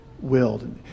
willed